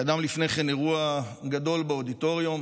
קדם לפני כן אירוע גדול באודיטוריום